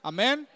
Amen